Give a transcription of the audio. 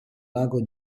lago